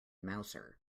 mouser